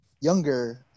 younger